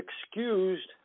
excused